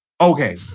Okay